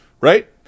right